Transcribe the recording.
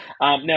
Now